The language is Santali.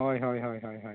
ᱦᱳᱭ ᱦᱳᱭ ᱦᱳᱭ ᱦᱳᱭ